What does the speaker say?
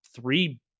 three